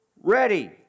ready